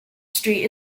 street